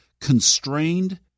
constrained